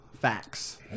Facts